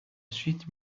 suite